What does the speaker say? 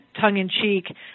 tongue-in-cheek